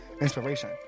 inspiration